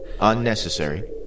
Unnecessary